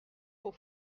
pour